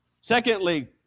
Secondly